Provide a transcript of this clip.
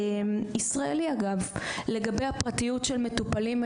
ישראלי אגב, לגבי הפרטיות של מטופלים.